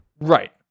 Right